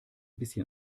bisschen